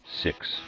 Six